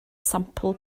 sampl